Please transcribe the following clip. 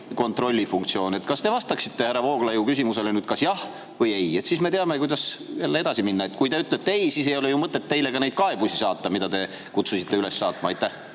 kontrollifunktsioon. Kas te vastaksite härra Vooglaiu küsimusele jah või ei? Siis me teame, kuidas jälle edasi minna. Kui te ütlete "ei", siis ei ole ju mõtet teile ka neid kaebusi saata, mida te kutsusite üles saatma? Aitäh,